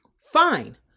Fine